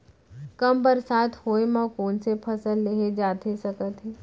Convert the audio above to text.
कम बरसात होए मा कौन से फसल लेहे जाथे सकत हे?